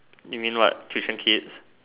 you mean what tuition kids